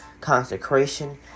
consecration